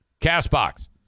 CastBox